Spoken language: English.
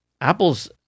Apple's